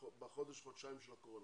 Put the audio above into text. בחודש-חודשיים של הקורונה.